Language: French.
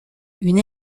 une